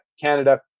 Canada